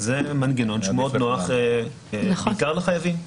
זה מנגנון מאוד נוח בעיקר לחייבים.